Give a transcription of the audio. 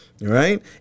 Right